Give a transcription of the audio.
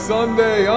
Sunday